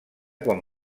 quan